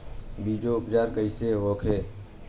बीजो उपचार कईसे होखे?